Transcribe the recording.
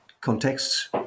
contexts